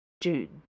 June